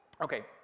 Okay